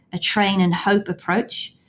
a train and hope approach,